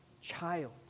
Child